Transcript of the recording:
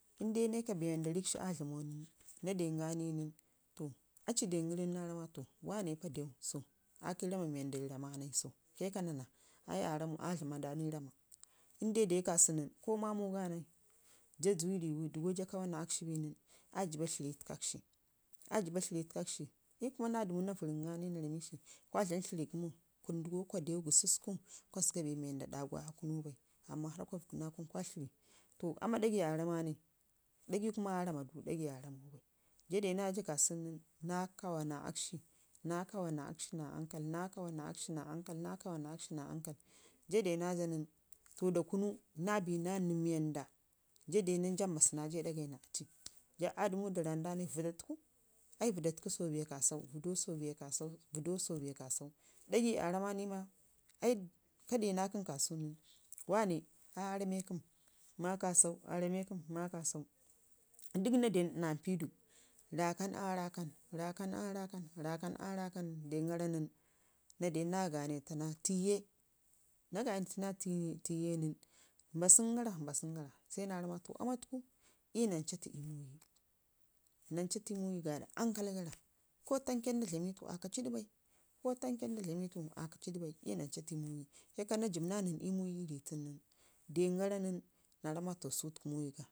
inde nai ka bee wanda rikshu aa dlamau nən, aci dong əri nən, naq ranau ma to wane ka dew sau aiki rama wanda rama nai, kai ka nana, ai aa dlama danai rama inde de ka sun nən ko mamuga nai jaaji riaru digo jaa kawa naa akshi binən aa jibba tlərri ii təkkakshi aa jibba tlərri ii təkakshi iyu kuma naa dəmu vərri naa ramikshi kwa dlam tlərri gəmo kun dəgo kwa dew gususke kwa zəga bee wanda ɗagu aa kunu bai amma harr kwa vəgunakun kwa tlərri aama ɗagai aa rama nai dagi kuma aa rama bai da gai aa rama ja de naja kasunən naa kawa na akshi naa ankal naa kawa naa akshi naa ankal to da kunu naa bina mii banda taa dew nən jaa mbasu naja ii ɗa gayi naa akshi jigab kuma aa dəmu da randanai vəda tuku ai vədau so bee kasau, vədau so bee kasau ɗagai aa rama ni ma, ai ka dena kəm kasu nən, wane aa rama kəm ma kasau, a rame kəm ma kasau dək na den manpiidu rakam aa rakan, rakan aa rakan dangara nən naa den naa gane ta naa tiye, naa gome tu na tiyen nən, mba səngara mbasəngara sai naa ramau ma to aama tukui iyu ran catu ii muwiga nai ankalgara ko, tamke nda dlamitu aa kacidu bai, ko tamke nda dlamitu aa kacidu bai kaika naa jibb naa nən ii muwi nən, dengara nən, naa ramau to sutuku muwi ga